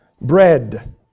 bread